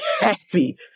happy